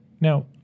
Now